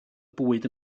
bwyd